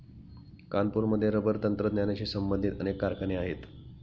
कानपूरमध्ये रबर तंत्रज्ञानाशी संबंधित अनेक कारखाने आहेत